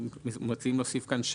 מציעים להוסיף כאן: